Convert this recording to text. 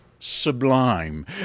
Sublime